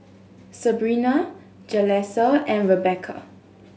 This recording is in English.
Sebrina Jalissa and Rebecca